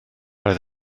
oedd